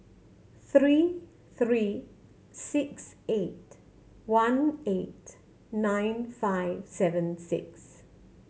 three three six eight one eight nine five seven six